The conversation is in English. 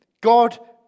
God